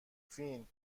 فین